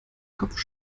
kopf